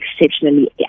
exceptionally